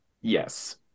Yes